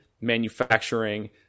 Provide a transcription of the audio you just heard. manufacturing